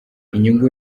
inyungu